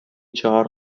چهار